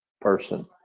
person